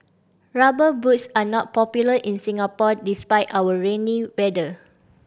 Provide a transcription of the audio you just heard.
Rubber Boots are not popular in Singapore despite our rainy weather